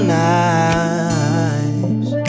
nice